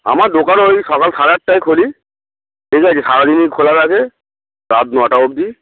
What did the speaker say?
আমার দোকান ওই সকাল সাড়ে আটটায় খুলি ঠিক আছে সারা দিনই খোলা থাকে রাত নটা অব্দি